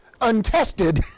untested